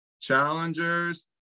Challengers